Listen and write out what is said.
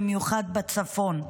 במיוחד בצפון.